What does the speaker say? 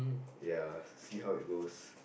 ya see how it goes